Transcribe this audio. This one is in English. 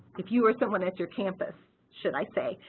if you or someone at your campus, should i say,